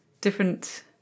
different